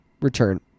return